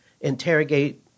interrogate